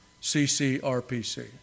C-C-R-P-C